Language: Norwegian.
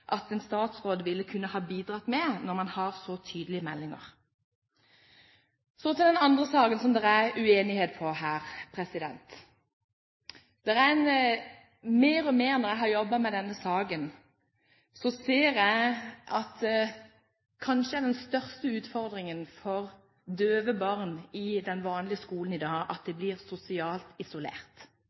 at en statsråd ville kunne ha bidratt med når man har så tydelige meldinger. Så til den andre saken som det er uenighet om her. Jo mer jeg jobber med denne saken, jo mer ser jeg at kanskje den største utfordringen for døve barn i den vanlige skolen i dag er at de blir sosialt isolert.